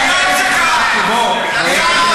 בוא אגיד לך משהו.